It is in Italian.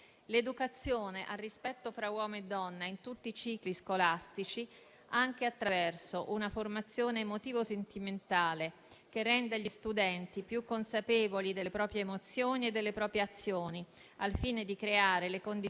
l'educazione al rispetto fra uomo e donna in tutti i cicli scolastici, anche attraverso una formazione emotivo-sentimentale che renda gli studenti più consapevoli delle proprie emozioni e delle proprie azioni, al fine di creare le condizioni